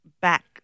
back